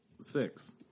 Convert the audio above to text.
six